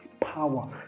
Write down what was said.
power